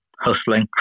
hustling